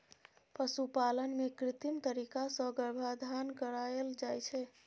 पशुपालन मे कृत्रिम तरीका सँ गर्भाधान कराएल जाइ छै